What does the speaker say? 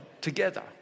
together